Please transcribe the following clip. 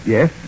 Yes